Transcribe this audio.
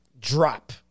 drop